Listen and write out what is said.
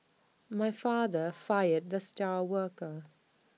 my father fired the star worker